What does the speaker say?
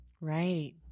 Right